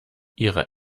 ihre